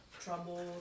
trouble